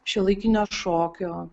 šiuolaikinio šokio